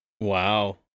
Wow